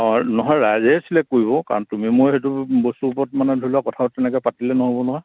অঁ নহয় ৰাইজে চিলেক্ট কৰিব কাৰণ তুমি মই সেইটো বস্তুৰ ওপৰত মানে ধৰি লোৱা কথাটো তেনেকৈ পাতিলে নহ'ব নহয়